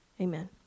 Amen